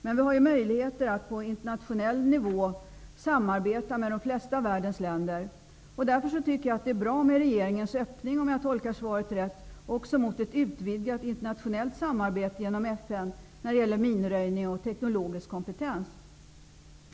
Men vi har möjligheter att på internationell nivå samarbeta med de flesta av världens länder. Därför tycker jag att det är bra med regeringens öppning, om jag tolkat svaret rätt, också mot ett utvidgat internationellt samarbete genom FN när det gäller minröjning och teknologisk kompetens.